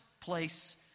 place